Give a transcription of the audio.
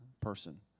person